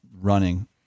running